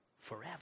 forever